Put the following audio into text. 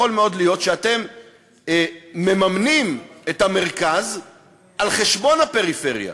יכול מאוד להיות שאתם מממנים את המרכז על חשבון הפריפריה,